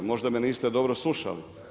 Možda me niste dobro slušali.